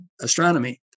astronomy